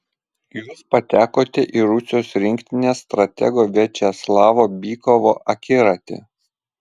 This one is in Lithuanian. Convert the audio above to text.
jūs patekote į rusijos rinktinės stratego viačeslavo bykovo akiratį